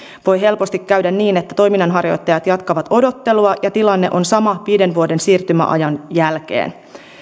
voi helposti käydä niin että toiminnanharjoittajat jatkavat odottelua ja tilanne on sama viiden vuoden siirtymäajan jälkeen